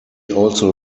also